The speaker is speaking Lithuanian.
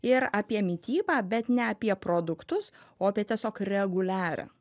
ir apie mitybą bet ne apie produktus o apie tiesiog reguliarią